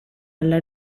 alla